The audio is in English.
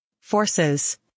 Forces